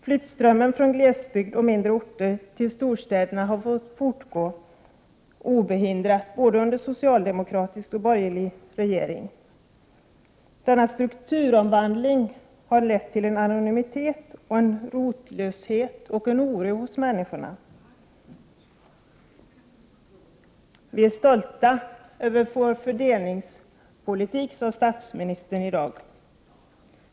Flyttströmmen från glesbygd och mindre orter till storstäderna har fått fortgå obehindrat både under socialdemokratisk och under borgerlig regering. Denna strukturomvandling har lett till en anonymitet, en rotlöshet och en oro hos människor. Vi är stolta över vår fördelningspolitik, sade statsministern i dag.